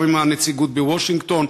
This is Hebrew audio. גם עם הנציגות בוושינגטון,